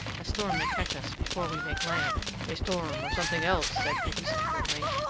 a storm may catch us before we make land. a storm or something else, said cahusac grimly.